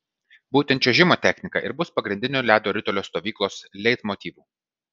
būtent čiuožimo technika ir bus pagrindiniu ledo ritulio stovyklos leitmotyvu